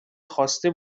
خواسته